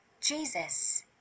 Jesus